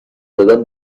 زدن